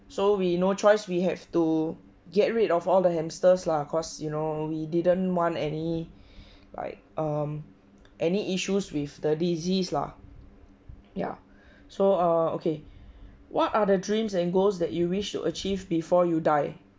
so we no choice we have to get rid of all the hamsters lah cause you know we didn't want any like um any issues with the disease lah ya so err okay what are the dreams and goals that you wish to achieve before you die